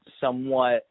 somewhat